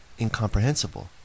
incomprehensible